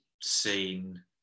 seen